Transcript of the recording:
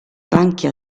banchi